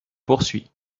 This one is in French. poursuis